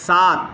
सात